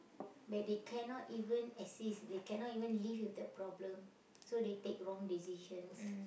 that they cannot even exist they cannot even live with the problem so they take wrong decisions